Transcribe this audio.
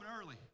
early